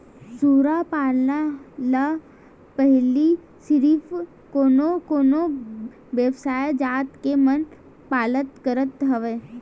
सूरा पालन ल पहिली सिरिफ कोनो कोनो बिसेस जात के मन पालत करत हवय